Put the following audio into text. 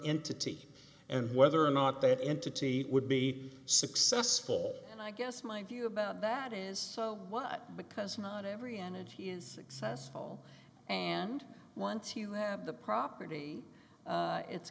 entity and whether or not that entity would be successful and i guess my view about that is so what because not every energy is excess fall and once you have the property it's